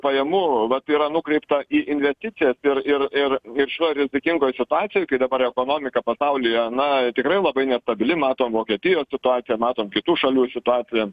pajamų vat yra nukreipta į investicijas ir ir ir ir šitoj rizikingoj situacijoj kai dabar ekonomika pasaulyje na tikrai labai nestabili matom vokietijos situaciją matom kitų šalių situaciją